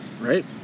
Right